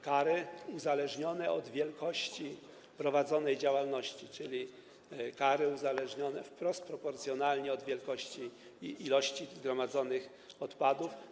Kary będą uzależnione od wielkości prowadzonej działalności, czyli będą uzależnione wprost proporcjonalnie od wielkości i ilości gromadzonych odpadów.